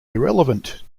irrelevant